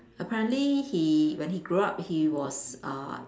apparently he when he grew up he was uh